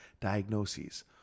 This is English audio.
diagnoses